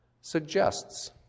suggests